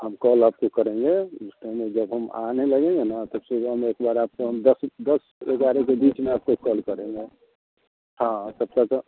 हम कॉल आपको करेंगे जिस टाइम में जब हम आने लगेंगे ना तो सुबह में एक बार आपके हम दस दस ग्यारह के बीच में आपको एक कॉल करेंगे हाँ जब तक है